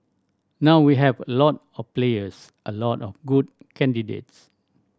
now we have a lot of players a lot of good candidates